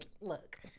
look